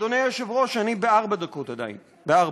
אדוני היושב-ראש, אני בארבע דקות עדיין, בארבע.